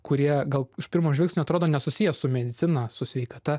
kurie gal iš pirmo žvilgsnio atrodo nesusiję su medicina su sveikata